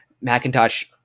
Macintosh